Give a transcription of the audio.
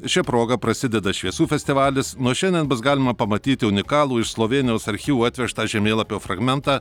šia proga prasideda šviesų festivalis nuo šiandien bus galima pamatyti unikalų iš slovėnijos archyvų atvežtą žemėlapio fragmentą